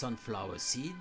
sunflower seeds